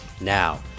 Now